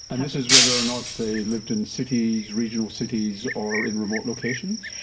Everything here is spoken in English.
and this is whether or not they lived in cities, regional cities or in remote locations?